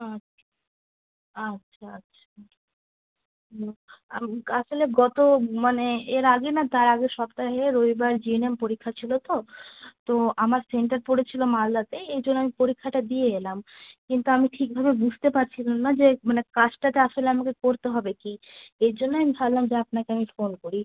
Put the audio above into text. আচ্ছা আচ্ছা আচ্ছা হুম আমি তো আসলে গত মানে এর আগে না তার আগের সপ্তাহে রবিবার জি এন এম পরীক্ষা ছিলো তো তো আমার সেন্টার পড়েছিলো মালদাতে এই জন্য আমি পরীক্ষাটা দিয়ে এলাম কিন্তু আমি ঠিকভাবে বুঝতে পারছিলাম না যে মানে কাজটাতে আসলে আমাকে করতে হবে কী এর জন্য আমি ভাবলাম যে আপনাকে আমি ফোন করি